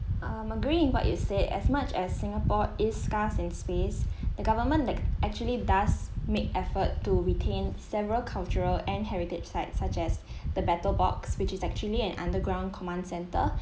um agree in what you said as much as singapore is scarce in space the government like actually does make effort to retain several cultural and heritage sites such as the battle box which is actually an underground command center